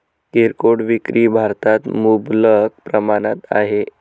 किरकोळ विक्री भारतात मुबलक प्रमाणात आहे